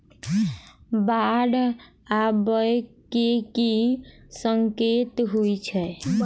बाढ़ आबै केँ की संकेत होइ छै?